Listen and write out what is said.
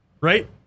right